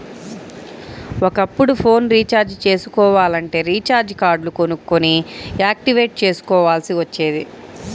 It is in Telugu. ఒకప్పుడు ఫోన్ రీచార్జి చేసుకోవాలంటే రీచార్జి కార్డులు కొనుక్కొని యాక్టివేట్ చేసుకోవాల్సి వచ్చేది